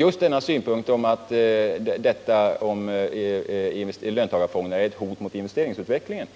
Även synpunkten att löntagarfonderna är ett hot mot investeringsutvecklingen